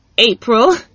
April